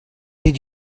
did